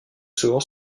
souvent